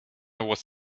was